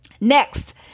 Next